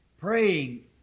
praying